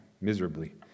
miserably